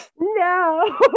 No